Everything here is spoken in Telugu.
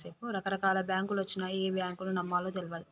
రకరకాల బాంకులొచ్చినయ్, ఏ బాంకును నమ్మాలో తెల్వదు